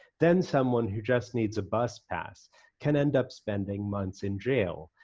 then someone who just needs a bus pass can end up spending months in jail,